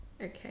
Okay